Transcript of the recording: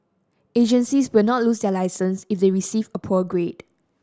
agencies will not lose their licence if they receive a poor grade